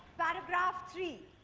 paragraph three.